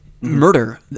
murder